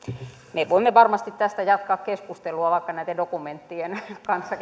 me voimme varmasti tästä jatkaa keskustelua vaikka näiden dokumenttien kanssa